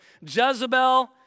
Jezebel